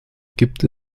gibt